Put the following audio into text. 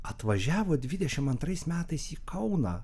atvažiavo dvidešimt antrais metais į kauną